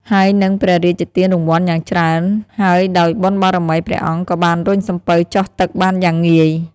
ហើយនឹងព្រះរាជទានរង្វាន់យ៉ាងច្រើនហើយដោយបុណ្យបារមី ព្រះអង្គក៏បានរុញសំពៅចុះទឹកបានយ៉ាងងាយ។